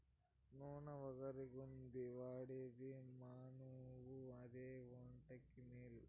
నూన ఒగరుగుందని వాడేది మానేవు అదే ఒంటికి మేలు